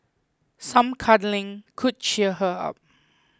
some cuddling could cheer her up